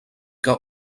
que